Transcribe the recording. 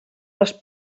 les